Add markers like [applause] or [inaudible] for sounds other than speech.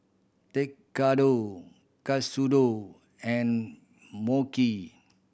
Tekkadon Katsudon and [unintelligible]